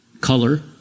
color